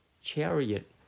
chariot